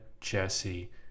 Jesse